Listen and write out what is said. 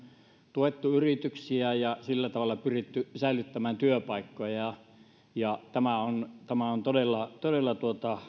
tuettu yrityksiä ja sillä tavalla pyritty säilyttämään työpaikkoja ja tämä on tämä on todella todella